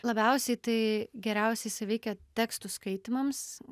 labiausiai tai geriausiai suveikia tekstų skaitymams